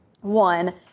one